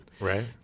right